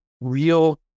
real